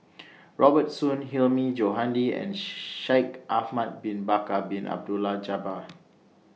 Robert Soon Hilmi Johandi and Shaikh Ahmad Bin Bakar Bin Abdullah Jabbar